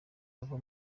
ava